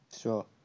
Sure